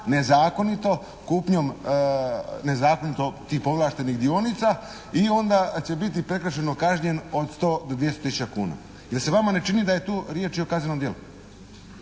nezakonito kupnjom nezakonito tih povlaštenih dionica, i onda će biti prekršajno kažnjen od 100 do 200 tisuća kuna. Jel' se vama ne čini da je tu riječ i o kaznenom djelu?